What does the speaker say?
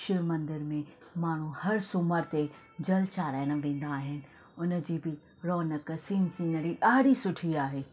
शिव मंदर में माण्हू हर सोमवार ते जल चाढ़ाइण वेंदा आहिनि हुनजी बि रोनक सीन सीनरी ॾाढी सुठी आहे